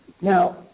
Now